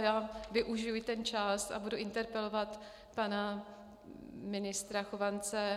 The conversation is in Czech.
Já využiji i ten čas a budu interpelovat pana ministra Chovance.